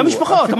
גם משפחות.